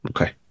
Okay